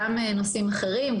גם נושאים אחרים,